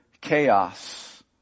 chaos